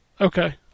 Okay